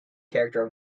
character